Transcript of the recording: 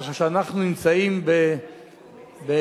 ככה שאנחנו נמצאים במחזוריות